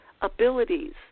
abilities